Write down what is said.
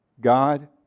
God